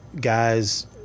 guys